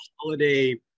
holiday